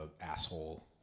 asshole